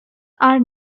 are